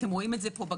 אתם רואים את זה בגרף.